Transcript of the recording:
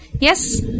yes